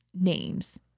names